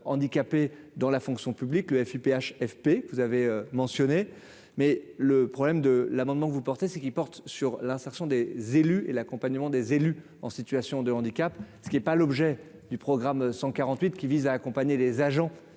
handicapées dans la fonction publique, elle fut Ph AFP, vous avez mentionné, mais le problème de l'amendement, vous portez ce qui porte sur l'insertion des élus et l'accompagnement des élus en situation de handicap, ce qui est pas l'objet du programme 148 qui vise à accompagner les agents